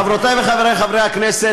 חברותי וחברי חברי הכנסת,